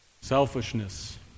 Selfishness